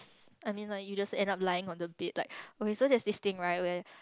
I mean like you just end up lying on the bed like okay so there's this thing right where